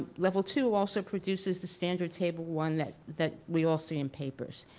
level two also produces the standard table one that that we all see in papers,